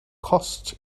costs